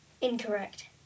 Incorrect